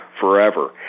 forever